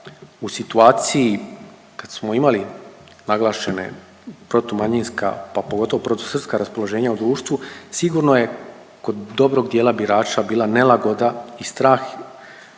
u situaciji kad smo imali naglašene protumanjinska, pa pogotovo protusrpska raspoloženja u društvu, sigurno je kod dobrog dijela birača bila nelagoda i strah